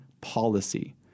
policy